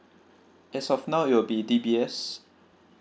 as of now it will be D B S